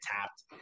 tapped